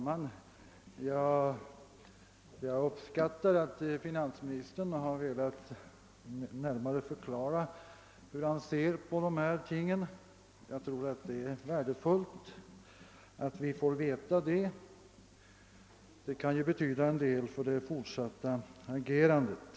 Herr talman! Jag uppskattar att finansministern velat närmare förklara, hur han ser på dessa ting. Det är värdefullt att vi får veta detta; det kan betyda en del för det fortsatta agerandet.